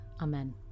amen